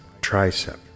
tricep